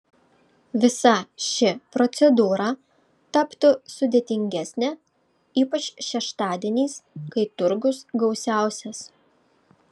visa ši procedūra taptų sudėtingesnė ypač šeštadieniais kai turgus gausiausias